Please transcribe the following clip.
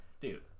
Dude